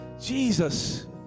Jesus